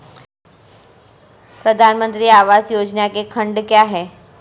प्रधानमंत्री आवास योजना के खंड क्या हैं?